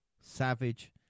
Savage